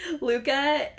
Luca